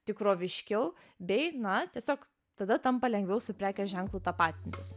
tikroviškiau bei na tiesiog tada tampa lengviau su prekės ženklu tapatintis